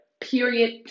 period